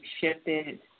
shifted